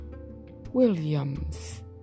Williams